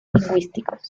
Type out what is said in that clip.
lingüísticos